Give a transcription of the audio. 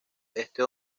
este